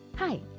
Hi